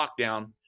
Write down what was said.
lockdown